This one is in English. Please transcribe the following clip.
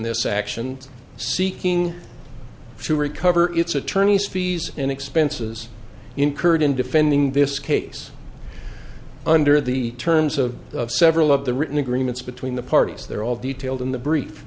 this action seeking to recover its attorney's fees and expenses incurred in defending this case under the terms of several of the written agreements between the parties they're all detailed in the brief